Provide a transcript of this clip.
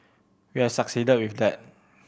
we have succeeded with that